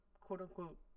quote-unquote